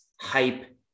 hype